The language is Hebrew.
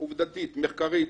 מחקר עובדתי,